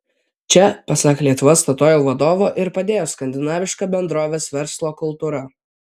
čia pasak lietuva statoil vadovo ir padėjo skandinaviška bendrovės verslo kultūra